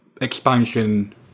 expansion